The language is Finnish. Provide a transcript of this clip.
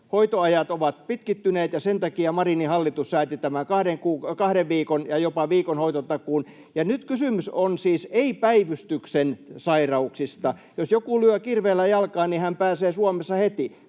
Hoitoajat ovat pitkittyneet, ja sen takia Marinin hallitus sääti tämän kahden viikon ja jopa viikon hoitotakuun. Ja nyt kysymys on siis ei-päivystyksellisistä sairauksista: jos joku lyö kirveellä jalkaan tai saa sydänkohtauksen, hän pääsee Suomessa heti